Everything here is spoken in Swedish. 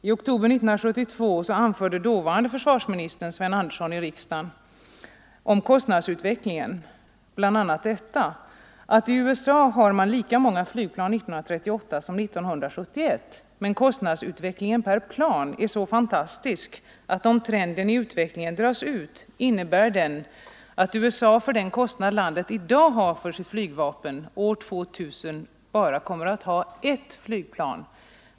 I oktober 1972 anförde dåvarande försvarsministern Sven Andersson i riksdagen om kostnadsutvecklingen bl.a., att man i USA hade lika många flygplan år 1938 som 1971 men att kostnadsutvecklingen per plan är så fantastisk, att om trenden i utvecklingen dras ut, innebär den att USA för den kostnad landet i dag har för sitt flygvapen år 2000 bara kommer att ha ert flygplan.